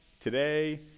today